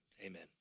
amen